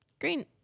Green